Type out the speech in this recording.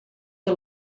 que